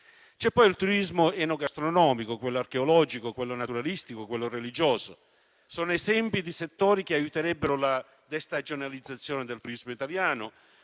sono poi il turismo enogastronomico, quello archeologico, quello naturalistico e quello religioso: sono esempi di settori che aiuterebbero la destagionalizzazione del turismo italiano,